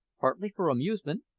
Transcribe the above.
partly for amusement,